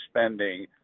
spending